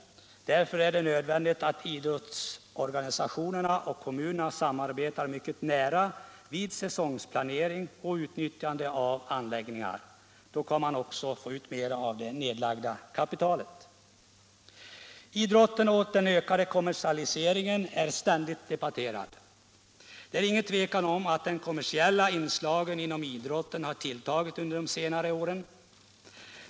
Därför är det nödvändigt att idrottsorganisationerna och kommunerna samarbetar mycket nära vid säsongplanering och utnyttjande av anläggningar. Då kan man få ut mera av det nedlagda kapitalet. Idrotten och den ökade kommersialiseringen är ständigt debatterad. Det är inget tvivel om att de kommersiella inslagen inom idrotten har tilltagit under de senaste åren.